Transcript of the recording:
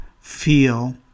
feel